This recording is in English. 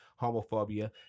homophobia